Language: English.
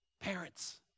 Parents